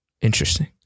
Interesting